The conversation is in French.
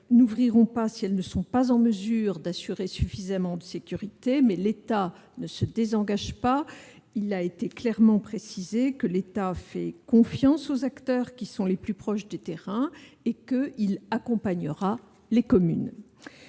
n'ouvriront pas si elles ne sont pas en mesure d'assurer suffisamment de sécurité. Mais l'État ne se désengage pas : il a été clairement précisé qu'il fait confiance aux acteurs qui sont les plus proches du terrain et qu'il accompagnera les communes.